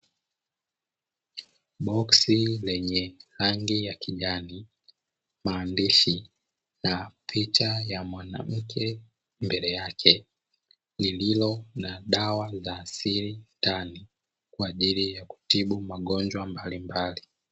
Boksi lenye rangi ya kijani, maandishi na picha ya mwanamke mbele yake lililo na dawa za asili, ndani kwa ajili ya kutibu magonjwa mbalimbali.